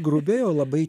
grubiai o labai